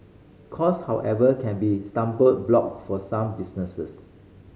cost however can be stumbling block for some businesses